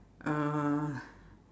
uh